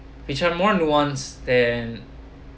which are more nuance than